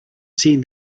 seen